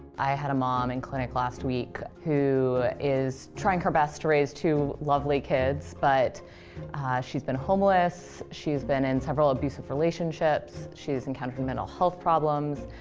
i had a mom in clinic last week who is trying her best to raise two lovely kids, but she's been homeless. she's been in several abusive relationships. she's encountered mental health problems.